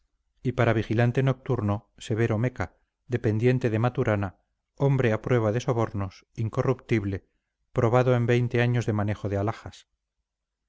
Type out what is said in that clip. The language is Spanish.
y para vigilante nocturno severo meca dependiente de maturana hombre a prueba de sobornos incorruptible probado en veinte años de manejo de alhajas